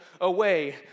away